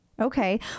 Okay